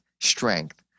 strength